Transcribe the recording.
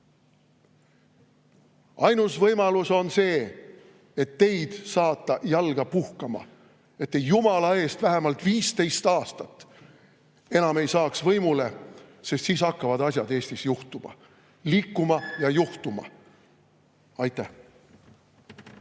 Ainus võimalus on saata teid jalga puhkama, et te jumala eest vähemalt 15 aastat enam võimule ei saaks, sest siis hakkavad asjad Eestis juhtuma. Liikuma ja juhtuma. Aitäh!